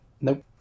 Nope